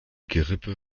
gerippe